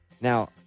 Now